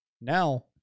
Now